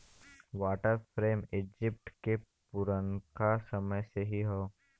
water frame Egypt के पुरनका समय से ही हौ